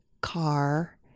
car